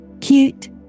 Cute